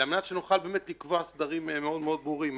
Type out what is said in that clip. אלא על מנת שנוכל לקבוע סדרים מאוד מאוד ברורים,